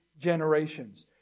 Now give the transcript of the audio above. generations